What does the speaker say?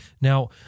Now